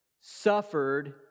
suffered